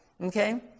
Okay